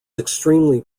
extremely